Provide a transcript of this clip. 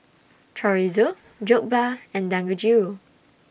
Chorizo Jokbal and Dangojiru